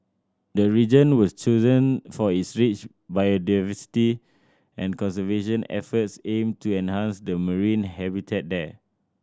the region was chosen for its rich biodiversity and conservation efforts aim to enhance the marine habitat there